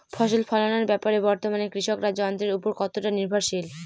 ফসল ফলানোর ব্যাপারে বর্তমানে কৃষকরা যন্ত্রের উপর কতটা নির্ভরশীল?